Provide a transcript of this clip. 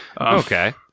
Okay